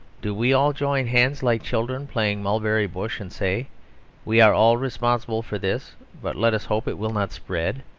do we all join hands, like children playing mulberry bush, and say we are all responsible for this but let us hope it will not spread.